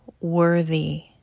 worthy